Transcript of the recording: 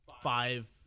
five